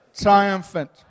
triumphant